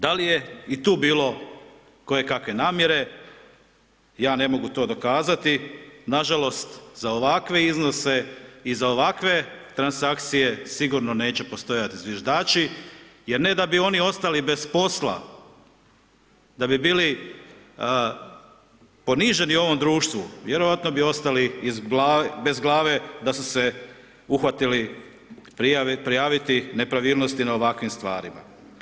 Da li je i tu bilo kojekakve namjere, ja ne mogu to dokazati, nažalost, za ovakve iznose i za ovakve transakcije sigurno neće postojati zviždači jer ne da bi oni ostali bez posla, da bi bili poniženu u ovom društvo, vjerojatno bi ostali i bez glave da su se uhvatili prijave prijaviti nepravilnosti na ovakvim stvarima.